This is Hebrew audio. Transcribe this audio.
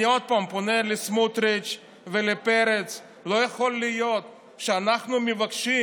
אני עוד פעם פונה לסמוטריץ' ולפרץ: לא יכול להיות שאנחנו מבקשים